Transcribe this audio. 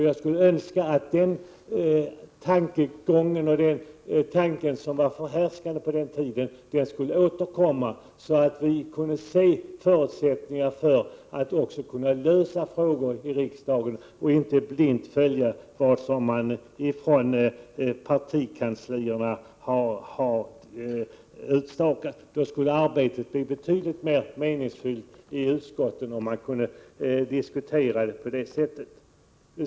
Jag skulle önska att det sätt att tänka som var förhärskande på den tiden skulle återkomma, så att vi kunde se förutsättningar för att lösa frågor i riksdagen och inte blint följa de linjer som partikanslierna har utstakat. Arbetet i utskottet skulle bli betydligt mer meningsfullt om vi kunde diskutera på det sättet.